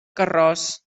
carròs